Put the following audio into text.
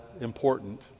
important